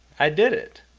i did it!